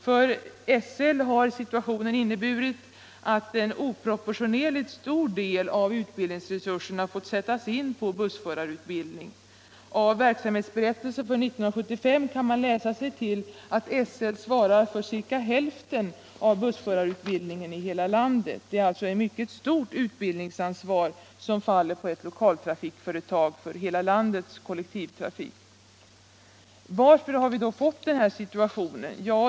För SL har situationen inneburit att en oproportionerligt stor del av utbildningsresurserna fått sättas in på bussförarutbildning. Av verksamhetsberättelsen för 1975 kan man läsa sig till att SL svarar för ca hälften av bussförarutbildningen i hela landet. Det är alltså ett mycket stort utbildningsansvar som faller på ewt lokaltrafikföretag för hela landets kollektivtrafik. Varför har vi gått den här situationen?